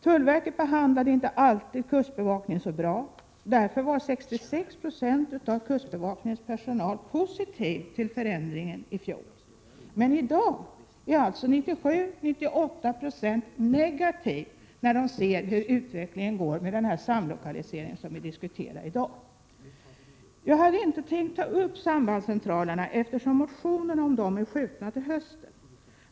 Tullverket behandlade inte alltid kustbevakningen så bra, och därför var 66 90 av kustbevakningens personal positiv till förändringen i fjol. I dag är 97-98 Jo negativa, när de ser utvecklingen och den samlokalisering som vi Prot. 1987/88:123 diskuterar i dag. 19 maj 1988 Jag hade inte tänkt ta upp frågan om sambandscentralerna eftersom motionsbehandlingen är uppskjuten till hösten.